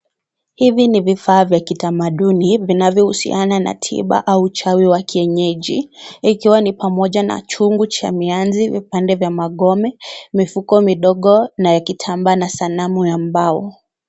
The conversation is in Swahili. Hivi ni vifaa vya ya kitamaduni Vinavyo husiana na tiba au uchawi wa kienyeji ukiwa ni pamoja na chugu Cha mianzi, vipande vya magome, mifuko kidogo na kitamba na sanamu ya mbao.